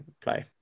play